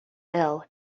ill